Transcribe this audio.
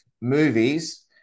movies